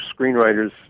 screenwriters